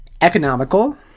economical